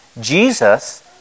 Jesus